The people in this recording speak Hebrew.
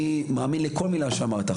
אני מאמין לכל מילה שאמרת,